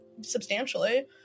substantially